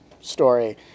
story